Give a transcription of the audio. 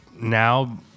now